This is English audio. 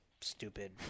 stupid